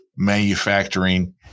manufacturing